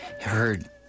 heard